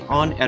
on